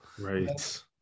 Right